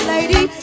Lady